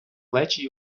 плечі